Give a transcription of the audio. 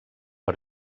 per